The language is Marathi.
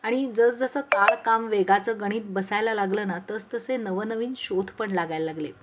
आणि जरजसं काळ काम वेगाचं गणित बसायला लागलं ना तस तसे नवनवीन शोध पण लागायला लागले